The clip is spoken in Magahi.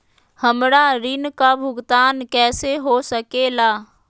हमरा ऋण का भुगतान कैसे हो सके ला?